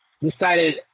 decided